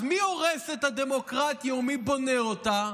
אז מי הורס את הדמוקרטיה ומי בונה אותה,